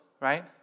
right